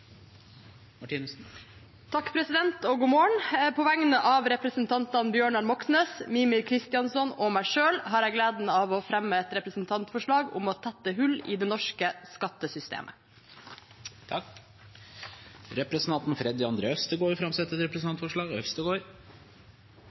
På vegne av representantene Bjørnar Moxnes, Mímir Kristjánsson og meg selv har jeg gleden av å fremme et representantforslag om å tette hull i det norske skattesystemet. Freddy André Øvstegård vil framsette et